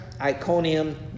Iconium